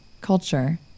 culture